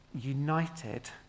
united